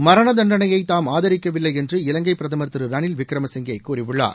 மரண தண்டனையை தாம் ஆதரிக்கவில்லை என்று இலங்கை பிரதமர் திரு ரணில்விக்ரம சிங்கே கூறியுள்ளார்